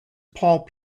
paul